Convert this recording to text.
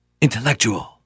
intellectual